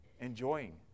Enjoying